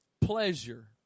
pleasure